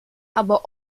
aber